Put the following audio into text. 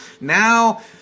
Now